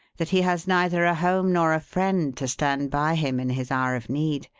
that he has neither a home nor a friend to stand by him in his hour of need,